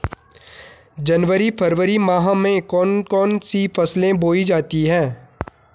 जनवरी फरवरी माह में कौन कौन सी फसलें बोई जाती हैं?